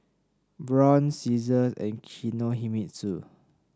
Braun Season and Kinohimitsu